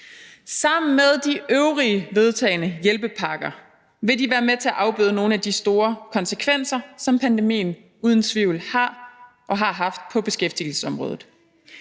Sammen med de øvrige vedtagne hjælpepakker vil det være med til at afbøde nogle af de store konsekvenser, som pandemien uden tvivl har og har haft på beskæftigelsesområdet.